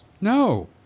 No